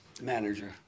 manager